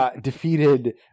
defeated